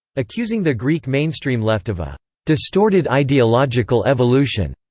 accusing the greek mainstream left of a distorted ideological evolution.